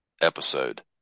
episode